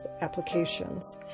applications